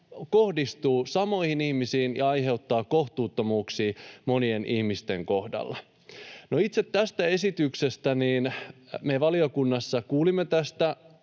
kohdistuvat samoihin ihmisiin ja aiheuttavat kohtuuttomuuksia monien ihmisten kohdalla. No, itse tästä esityksestä: Me valiokunnassa kuulimme tästä